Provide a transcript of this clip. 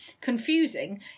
confusing